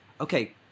Okay